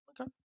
Okay